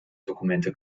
dokumente